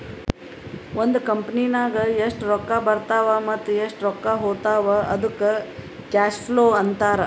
ಒಂದ್ ಕಂಪನಿನಾಗ್ ಎಷ್ಟ್ ರೊಕ್ಕಾ ಬರ್ತಾವ್ ಮತ್ತ ಎಷ್ಟ್ ರೊಕ್ಕಾ ಹೊತ್ತಾವ್ ಅದ್ದುಕ್ ಕ್ಯಾಶ್ ಫ್ಲೋ ಅಂತಾರ್